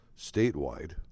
statewide